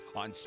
on